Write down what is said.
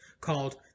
Called